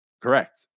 Correct